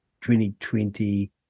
2020